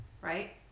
right